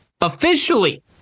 officially